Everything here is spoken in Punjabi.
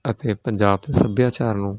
ਅਤੇ ਪੰਜਾਬ ਦੇ ਸੱਭਿਆਚਾਰ ਨੂੰ